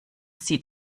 sie